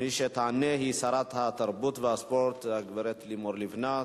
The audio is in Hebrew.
מי שתענה היא שרת התרבות והספורט הגברת לימור לבנת.